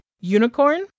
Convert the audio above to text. unicorn